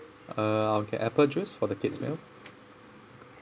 uh I'll get apple juice for the kids meal